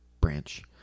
branch